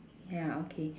ya okay